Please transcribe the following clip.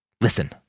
Listen